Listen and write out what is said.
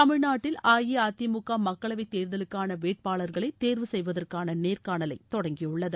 தமிழ்நாட்டில் அஇஅதிமுக மக்களவைத் தேர்தலுக்கான வேட்பாளர்களை தேர்வு செய்வதற்கான நேர்காணலை தொடங்கியுள்ளது